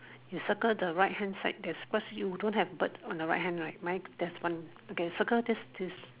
you circle the right hand side first you don't have bird on the right right mine has one circle this this